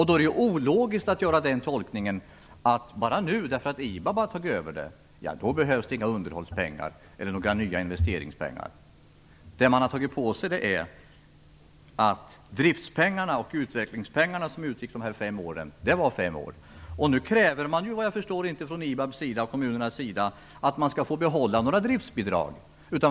Då är det ologiskt att göra den tolkningen att det inte behövs några underhållspengar eller några nya investeringspengar bara för att IBAB har tagit över. Man har tagit på sig att driftspengarna och utvecklingspengarna skulle utgå i fem år. Vad jag förstår kräver inte IBAB och kommunerna att de skall få behålla några driftsbidrag.